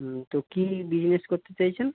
হুম তো কী জিজ্ঞেস করতে চাইছেন